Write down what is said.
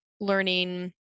learning